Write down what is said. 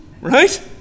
Right